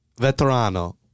Veterano